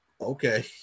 okay